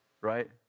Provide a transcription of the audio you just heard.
Right